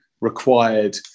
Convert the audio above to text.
required